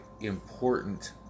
important